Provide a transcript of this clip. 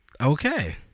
Okay